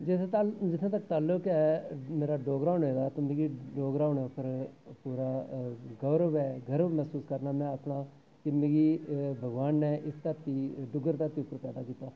जित्थै तक्कर जित्थै तक्कर तअल्लुक ऐ मेरा डोगरा होने दा ते मिगी डोगरा होने उप्पर पूरा गौह् ऐ गौह् मसूस करना में आखना कि मिगी भगोआन नै इस धरती डुग्गर धरती उप्पर पैदा कीता